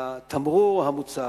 התמרור המוצב.